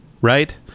right